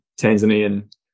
Tanzanian